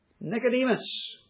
Nicodemus